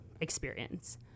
experience